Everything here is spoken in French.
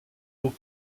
aux